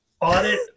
Audit